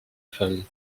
femmes